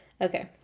Okay